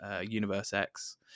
Universe-X